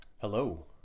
hello